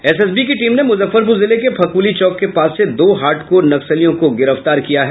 SSB की team ने मुजफ्फरपुर जिले के फकुली चौक के पास से दो हार्डकोर नक्सलियों को गिरफ्तार किया है